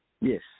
Yes